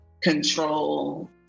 control